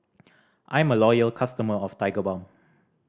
I'm a loyal customer of Tigerbalm